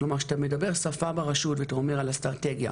כשאתה מדבר שפה ברשות ואתה ואמר על אסטרטגיה,